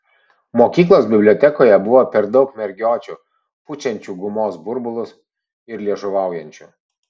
mokyklos bibliotekoje buvo per daug mergiočių pučiančių gumos burbulus ir liežuvaujančių